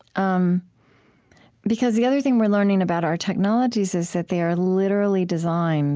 um because the other thing we're learning about our technologies is that they are literally designed